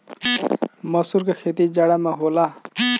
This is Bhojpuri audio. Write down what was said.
मसूर के खेती जाड़ा में होला